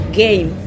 game